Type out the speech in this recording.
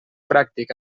pràctic